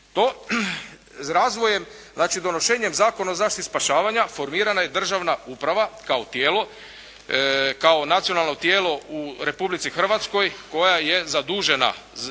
ga. S razvojem, znači donošenjem Zakona o zaštiti i spašavanja formirana je državna uprava kao tijelo, kao nacionalno tijelo u Republici Hrvatskoj koja je zadužena